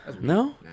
No